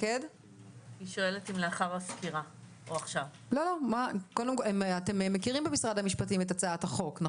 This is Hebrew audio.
במשרד המשפטים אתם מכירים את הצעת החוק.